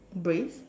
brace